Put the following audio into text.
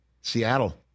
Seattle